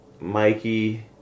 Mikey